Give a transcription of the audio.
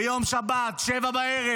ביום שבת, ב-19:00,